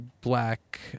black